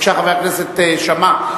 בבקשה, חבר הכנסת שאמה.